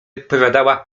odpowiadała